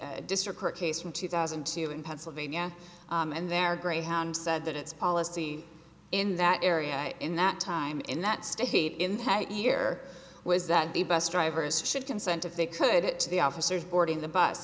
e district court case from two thousand and two in pennsylvania and there greyhound said that its policy in that area in that time in that state in that year was that the bus drivers should consent if they could it to the officers boarding the bus